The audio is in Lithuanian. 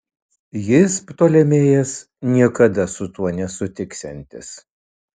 jis ptolemėjas niekada su tuo nesutiksiantis